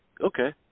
okay